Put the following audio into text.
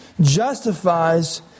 justifies